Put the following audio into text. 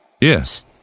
Yes